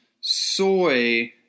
soy